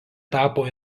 tapo